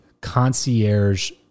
concierge